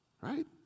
Right